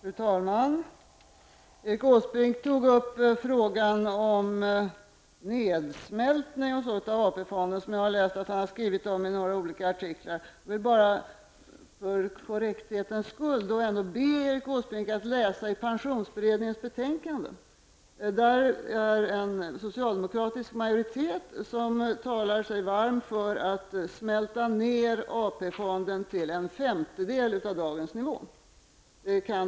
Fru talman! Erik Åsbrink diskuterade frågan om nedsmältning av AP-fonden, något som jag har läst att han har skrivit om i några artiklar. Låt mig för korrekthetens skull be Erik Åsbrink att läsa pensionsberedningens betänkande. Där talar sig en socialdemokratisk majoritet varm för att smälta ned AP-fonden till en femtedel av dagens nivå.